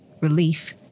relief